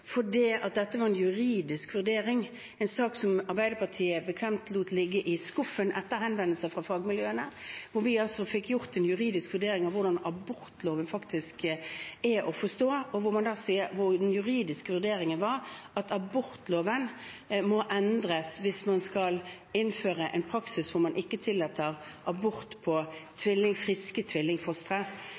dette var en juridisk vurdering – en sak som Arbeiderpartiet bekvemt lot ligge i skuffen, etter henvendelser fra fagmiljøene, mens vi altså fikk gjort en juridisk vurdering av hvordan abortloven faktisk er å forstå. Den juridiske vurderingen var at abortloven må endres hvis man skal innføre en praksis hvor man ikke tillater abort på friske